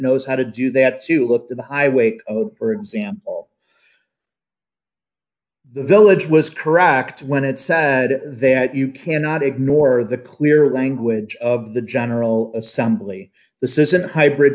knows how to do that to look at the highway code for example the village was correct when it said that you cannot ignore the clear language of the general assembly the sis in a hybrid